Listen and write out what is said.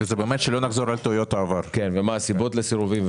מה הסיבות לסירובים,